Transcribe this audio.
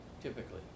typically